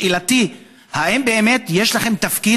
שאלותיי: 1. האם באמת יש לכם תפקיד?